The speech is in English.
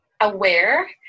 aware